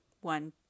one